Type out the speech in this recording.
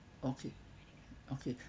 okay okay